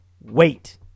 Wait